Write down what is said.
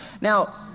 Now